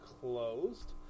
closed